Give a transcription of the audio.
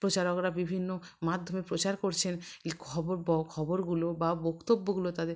প্রচারকরা বিভিন্ন মাধ্যমে প্রচার করছেন এই খবর ব খবরগুলো বা বক্তব্যগুলো তাদের